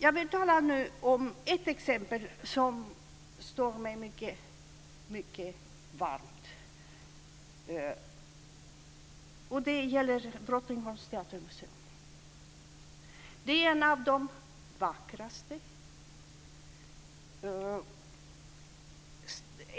Jag vill nu tala om ett exempel som står mig mycket varmt om hjärtat, och det gäller Drottningholms teatermuseum. Det är